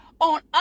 on